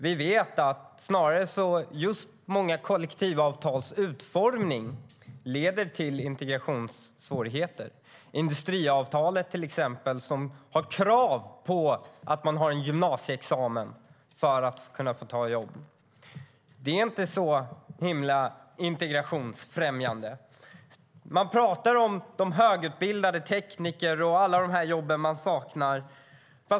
Vi vet snarare att många kollektivavtals utformning leder till integrationssvårigheter. Industriavtalet till exempel har krav på att man har en gymnasieexamen för att få kunna ta jobb. Det är inte så himla integrationsfrämjande. Man talar om de högutbildade, tekniker och alla de jobb där man saknar människor.